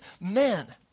men